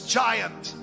giant